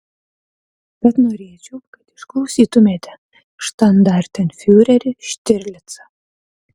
bet norėčiau kad išklausytumėte štandartenfiurerį štirlicą